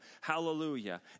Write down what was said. hallelujah